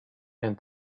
and